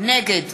נגד